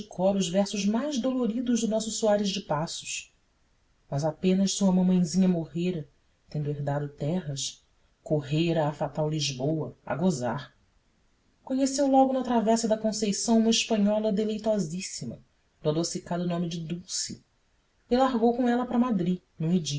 cor os versos mais doloridos do nosso soares de passos mas apenas sua mamazinha morrera tendo herdado terras correra à fatal lisboa a gozar conheceu logo na travessa da conceição uma espanhola deleitosíssima do adocicado nome de dulce e largou com ela para madri